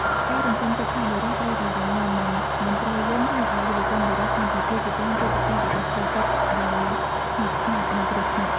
ការរំពឹងទុកថាបុរសត្រូវតែរឹងមាំ និងមិនត្រូវយំ ធ្វើឱ្យយុវជនបុរសកម្ពុជាជាច្រើនជួបប្រទះវិបត្តិផ្លូវចិត្តដោយស្ងប់ស្ងាត់ និងគ្រោះថ្នាក់។